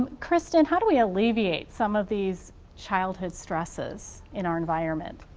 kristin how do we alleviate some of these childhood stresses in our environment?